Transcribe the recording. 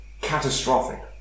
catastrophic